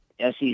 SEC